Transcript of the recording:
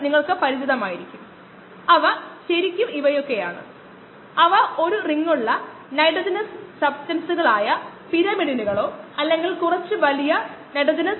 കോശങ്ങളുടെ ചാലകത അളക്കാനും കഴിയും അതിനായി ചില പ്രോബ്സ് ഉണ്ട് വിശ്വാസ്യത അത്ര ഉറപ്പില്ലായിരിക്കാം അതും ഒരു ഓൺലൈൻ രീതിയാണ്